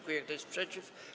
Kto jest przeciw?